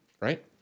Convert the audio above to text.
right